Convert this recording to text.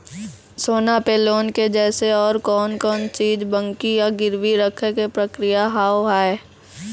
सोना पे लोन के जैसे और कौन कौन चीज बंकी या गिरवी रखे के प्रक्रिया हाव हाय?